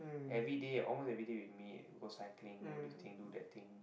everyday almost everyday we meet go cycling go this thing do that thing